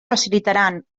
facilitaran